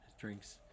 drinks